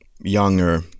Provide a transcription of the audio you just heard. younger